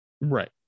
Right